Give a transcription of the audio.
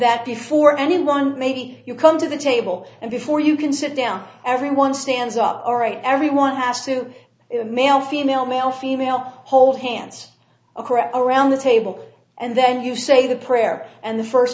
that before anyone maybe you come to the table and before you can sit down everyone stands up all right everyone has to be male female male female hold hands across around the table and then you say the prayer and the first